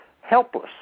helpless